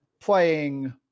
playing